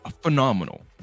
phenomenal